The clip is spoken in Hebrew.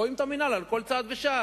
רואים את המינהל על כל צעד ושעל.